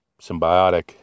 symbiotic